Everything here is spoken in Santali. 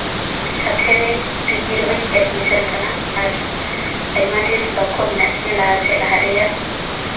ᱥᱟᱛᱷᱮ ᱨᱮ ᱯᱤᱡᱤ ᱨᱮᱦᱚᱸᱧ ᱮᱰᱢᱤᱥᱚᱱ ᱠᱟᱱᱟ ᱟᱨ ᱟᱭᱢᱟ ᱰᱷᱮᱨ ᱞᱚᱠᱠᱷᱚ ᱢᱮᱱᱟᱜ ᱞᱟᱦᱟ ᱥᱮᱜ ᱞᱟᱦᱟᱜ ᱨᱮᱭᱟᱜ